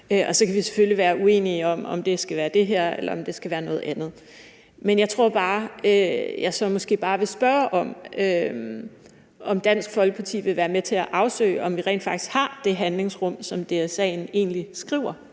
Så kan vi selvfølgelig være uenige om, om det skal være det her, eller om det skal være noget andet. Men jeg tror bare, jeg så måske vil spørge, om Dansk Folkeparti vil være med til at afsøge, om vi rent faktisk har det handlingsrum, som DSA'en egentlig skriver